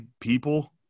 people